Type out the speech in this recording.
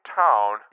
town